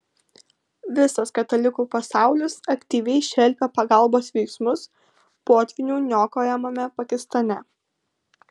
visas katalikų pasaulis aktyviai šelpia pagalbos veiksmus potvynių niokojamame pakistane